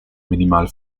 minimal